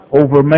over